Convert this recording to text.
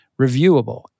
reviewable